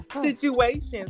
situations